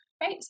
Right